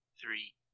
three